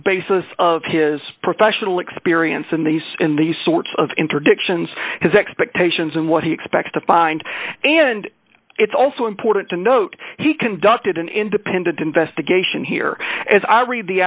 basis of his professional experience in these in these sorts of interdictions his expectations and what he expects to find and it's also important to note he conducted an independent investigation here as i read the